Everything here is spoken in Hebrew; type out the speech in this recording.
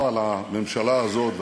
אבל הן גם חלק מהמדינה הזאת.